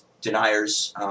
deniers